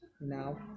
now